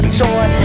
joy